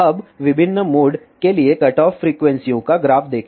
अब विभिन्न मोड के लिए कटऑफ फ्रीक्वेंसीयों का ग्राफ देखें